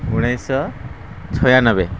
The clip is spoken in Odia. ଉଣେଇଶହ ଛୟାନବେ